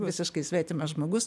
visiškai svetimas žmogus